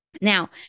Now